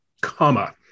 comma